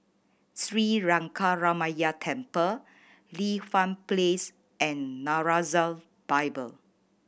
Sri Lankaramaya Temple Li Hwan Place and Nazareth Bible